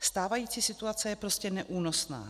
Stávající situace je prostě neúnosná.